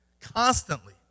constantly